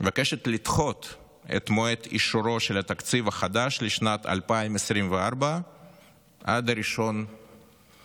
לדחות את מועד אישורו של התקציב החדש לשנת 2024 עד 1 במרץ,